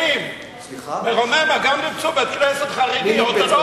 ברוממה גם ניפצו בית-כנסת חרדי אורתודוקסי.